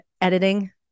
editing